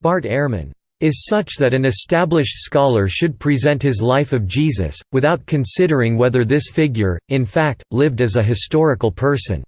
bart ehrman is such that an established scholar should present his life of jesus, without considering whether this figure, in fact, lived as a historical person